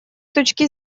точки